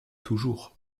toujours